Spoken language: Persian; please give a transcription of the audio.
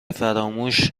فراموش